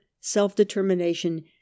self-determination